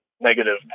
negative